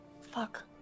Fuck